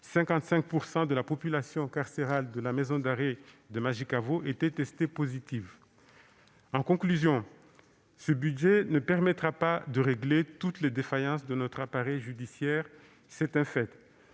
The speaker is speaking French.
55 % de la population carcérale de la maison d'arrêt de Majicavo était testée positive. Ce budget ne permettra pas de régler toutes les défaillances de notre appareil judiciaire- c'est un fait